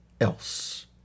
else